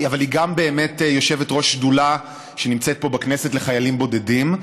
אבל היא גם באמת יושבת-ראש שדולה לחיילים בודדים,